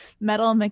metal